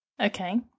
okay